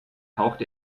haucht